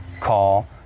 call